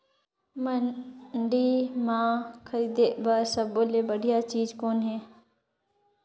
मंडी म खरीदे बर सब्बो ले बढ़िया चीज़ कौन हे?